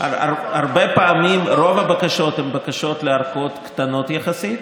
רוב הבקשות הן בקשות להארכות קטנות יחסית,